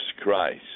Christ